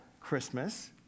Christmas